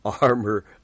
armor